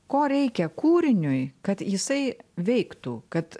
ko reikia kūriniui kad jisai veiktų kad